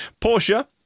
Porsche